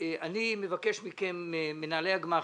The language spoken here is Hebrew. אני מבקש מכם, מנהלי הגמ"חים,